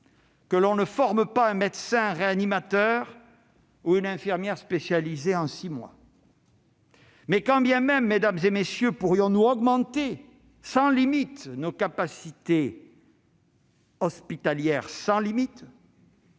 que l'on ne forme pas un médecin réanimateur ou une infirmière spécialisée en six mois. Quand bien même, mesdames, messieurs les sénateurs, pourrions-nous augmenter sans limites nos capacités hospitalières, ce